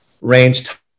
range